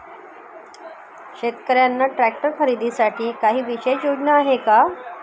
शेतकऱ्यांना ट्रॅक्टर खरीदीसाठी काही विशेष योजना आहे का?